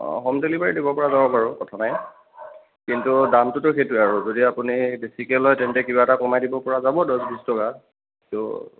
অঁ home delivery দিব পৰা যাব বাৰু কথা নাই কিন্তু দামটোতো সেইটোৱেই আৰু যদি আপুনি বেছিকৈ লয় তেন্তে কিবা এটা কমাই দিব পৰা যাব দহ বিছ টকা এটা কিন্তু